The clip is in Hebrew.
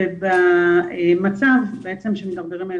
ובמצב שהילדים מידרדרים,